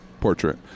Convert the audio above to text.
portrait